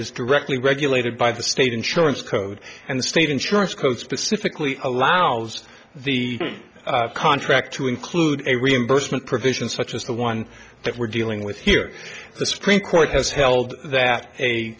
is directly regulated by the state insurance code and the state insurance co specifically allows the contract to include a reimbursement provision such as the one that we're dealing with here the supreme court has held that